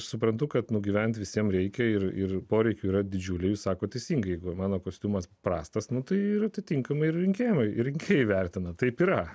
suprantu kad nugyventi visiems reikia ir ir poreikių yra didžiuliai sako teisingai mano kostiumas prastas nu tai ir atitinkamai rinkimai rinkėjai vertina taip yra